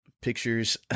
pictures